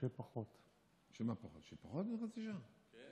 לא, היה סיכום שפחות, אבל